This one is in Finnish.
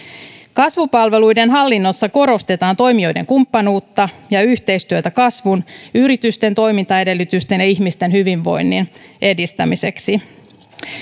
kasvupalveluiden hallinnossa korostetaan toimijoiden kumppanuutta ja yhteistyötä kasvun yritysten toimintaedellytysten ja ihmisten hyvinvoinnin edistämiseksi